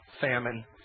famine